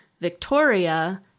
Victoria